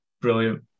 brilliant